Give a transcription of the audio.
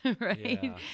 Right